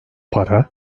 para